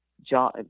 John